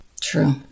True